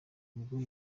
ubwo